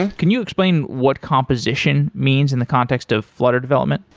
and can you explain what composition means in the context of flutter development?